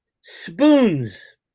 Spoons